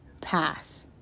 pass